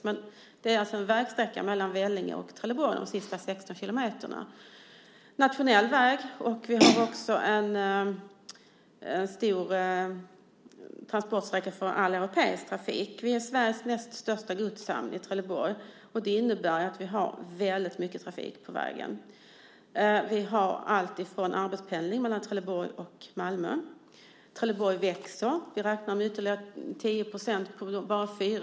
Det handlar alltså om vägsträckan mellan Vellinge och Trelleborg, de sista 16 kilometerna. Det är en nationell väg, och den är också en stor transportsträcka för europeisk trafik. I Trelleborg har vi Sveriges näst största godshamn. Det innebär att vi har väldigt mycket trafik på vägen. Det finns också arbetspendling mellan Trelleborg och Malmö. Trelleborg växer. Vi räknar med en ökning med ytterligare 10 % på bara fyra år.